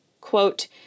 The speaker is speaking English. Quote